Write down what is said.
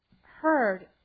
heard